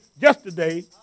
yesterday